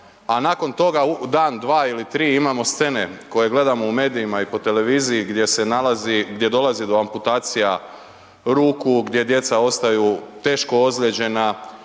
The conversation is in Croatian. a nakon toga dan, dva ili tri imamo scene koje gledamo u medijima i po televiziji gdje se nalazi, gdje dolazi do amputacija ruku, gdje djeca ostaju teško ozlijeđena